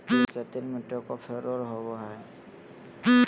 तिल के तेल में टोकोफेरोल होबा हइ